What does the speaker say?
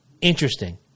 Interesting